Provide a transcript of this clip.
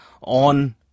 on